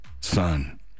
son